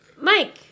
Mike